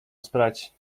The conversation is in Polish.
sprać